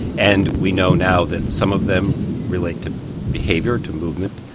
and we know now that some of them relate to behaviour, to movement,